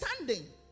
understanding